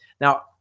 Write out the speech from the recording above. Now